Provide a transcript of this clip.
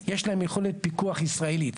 יש להם יכולת פיקוח ישראלית.